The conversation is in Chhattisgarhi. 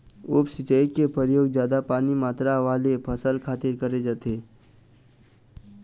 उप सिंचई के परयोग जादा पानी मातरा वाले फसल खातिर करे जाथे